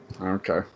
Okay